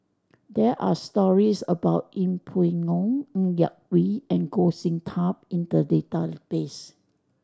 there are stories about Yeng Pway Ngon Ng Yak Whee and Goh Sin Tub in the database